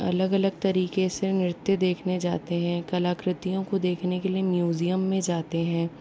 अलग अलग तरीके से नृत्य देखने जाते हैं कलाकृतियों को देखने के लिए म्यूजियम में जाते हैं